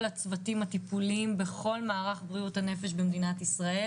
הצוותים הטיפוליים בכל מערך בריאות הנפש במדינת ישראל.